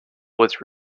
was